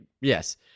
yes